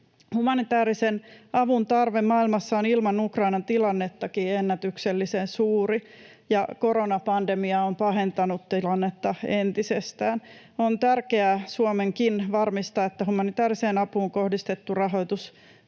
Humanitäärisen avun tarve maailmassa on ilman Ukrainan tilannettakin ennätyksellisen suuri, ja koronapandemia on pahentanut tilannetta entisestään. On tärkeää Suomenkin varmistaa, että humanitääriseen apuun kohdistettu rahoitus